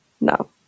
No